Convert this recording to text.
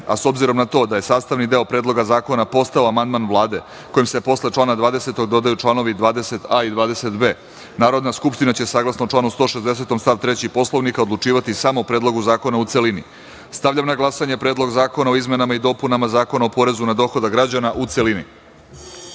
a s obzirom na to da je sastavni deo Predloga zakona postao amandman Vlade kojim se posle člana 20. dodaju članovi 20a i 20b, Narodna skupština će saglasno članu 160. stav 3. Poslovnika Narodne skupštine odlučivati samo o Predlogu zakona u celini. Stavljam na glasanje Predlog zakona o izmenama i dopunama Zakona o porezu na dohodak građana u